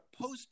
post